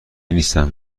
نیستن